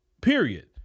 period